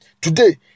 Today